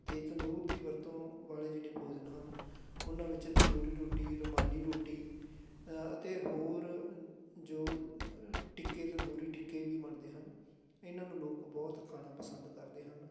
ਅਤੇ ਤੰਦੂਰ ਦੀ ਵਰਤੋਂ ਵਾਲੇ ਜਿਹੜੇ ਭੋਜਨ ਹਨ ਉਹਨਾਂ ਵਿੱਚ ਤੰਦੂਰੀ ਰੋਟੀ ਰੁਮਾਲੀ ਰੋਟੀ ਅਤੇ ਹੋਰ ਜੋ ਟਿੱਕੇ ਤੰਦੂਰੀ ਟਿੱਕੇ ਵੀ ਬਣਦੇ ਹਨ ਇਹਨਾਂ ਨੂੰ ਲੋਕ ਬਹੁਤ ਖਾਣਾ ਪਸੰਦ ਕਰਦੇ ਹਨ